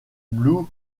blue